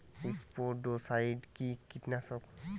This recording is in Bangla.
স্পোডোসাইট কি কীটনাশক?